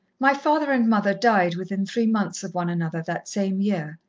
my father and mother died within three months of one another that same year,